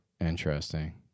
Interesting